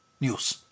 news